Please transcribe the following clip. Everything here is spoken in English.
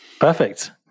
Perfect